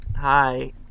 Hi